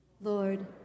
Lord